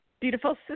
beautiful